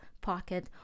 pocket